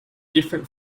different